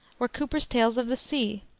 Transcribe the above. were cooper's tales of the sea,